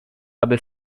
aby